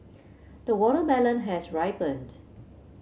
the watermelon has ripened